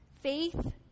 faith